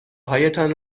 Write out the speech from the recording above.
هایتان